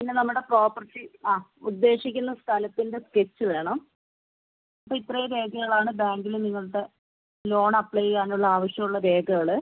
പിന്നെ നമ്മുടെ പ്രോപ്പർട്ടിയുടെ അ ഉദ്ദേശിക്കുന്ന സ്ഥലത്തിൻ്റെ സ്കെച്ച് വേണം അപ്പോൾ ഇത്രയും രേഖകളാണ് ബാങ്കില് നിങ്ങളുടെ ലോൺ അപ്ലെ ചെയ്യാനുള്ള ആവശ്യമുള്ള രേഖകള്